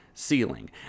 ceiling